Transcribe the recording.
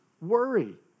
worry